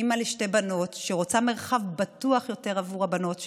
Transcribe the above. אימא לשתי בנות שרוצה מרחב בטוח יותר בעבור הבנות שלה,